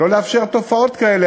לא לאפשר תופעות כאלה,